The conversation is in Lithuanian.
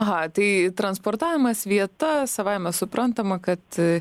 aha tai transportavimas vieta savaime suprantama kad